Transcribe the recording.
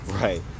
Right